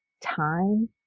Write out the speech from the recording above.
time